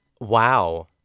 wow